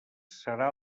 serà